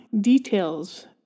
details